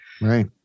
Right